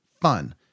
fun